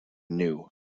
knew